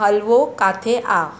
हलवो किथे आहे